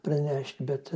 pranešt bet